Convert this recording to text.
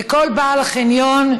וכל בעל חניון,